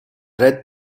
read